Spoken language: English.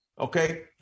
okay